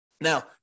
Now